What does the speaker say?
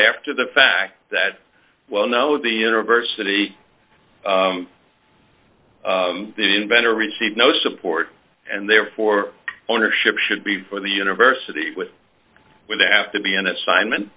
after the fact that well know the university the inventor received no support and therefore ownership should be for the university with where they have to be an assignment